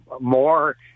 more